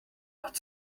not